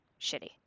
shitty